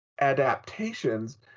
adaptations